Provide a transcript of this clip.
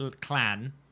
clan